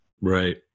Right